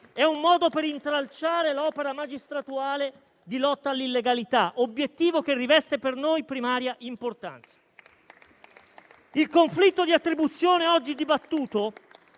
un modo per intralciare l'opera magistratuale di lotta all'illegalità, obiettivo che riveste per noi primaria importanza. Il conflitto di attribuzione oggi dibattuto